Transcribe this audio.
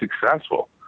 successful